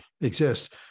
exist